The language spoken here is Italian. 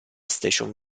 station